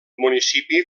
municipi